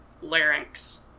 larynx